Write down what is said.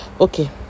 Okay